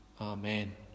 Amen